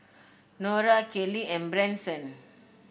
Norah Kayleigh and Branson